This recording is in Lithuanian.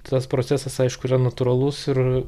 tas procesas aišku yra natūralus ir